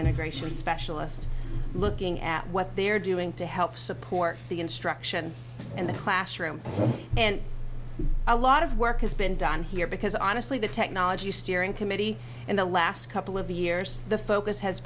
integration specialists looking at what they're doing to help support the instruction in the classroom and a lot of work has been done here because honestly the technology steering committee in the last couple of years the focus has